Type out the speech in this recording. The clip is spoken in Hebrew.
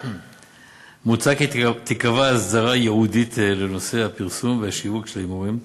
מוצע כי תיקבע הסדרה ייעודית לנושא הפרסום והשיווק של ההימורים.